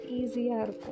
easier